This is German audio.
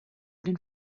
den